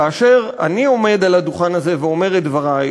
כאשר אני עומד על הדוכן הזה ואומר את דברי,